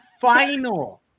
final